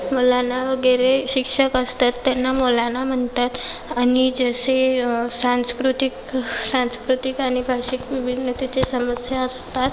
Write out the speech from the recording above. मौलाना वगैरे शिक्षक असतात त्यांना मौलाना म्हणतात आणि जसे सांस्कृतिक सांस्कृतिक आणि भाषिक विविधतेचे समस्या असतात